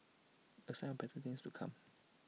A sign of better things to come